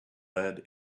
lead